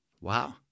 Wow